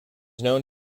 known